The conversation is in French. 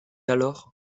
alors